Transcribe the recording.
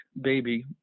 baby